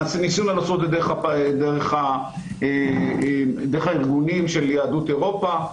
ניסינו לעשות את זה דרך הארגונים של יהדות אירופה,